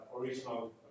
original